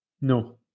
No